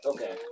Okay